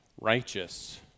righteous